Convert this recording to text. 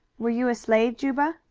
were you a slave, juba?